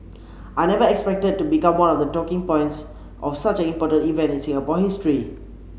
I never expected to become one of the talking points of such an important event in Singapore history